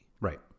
Right